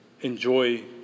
enjoy